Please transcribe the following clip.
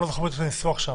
אני לא זוכר מה הניסוח שם.